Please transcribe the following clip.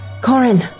Corin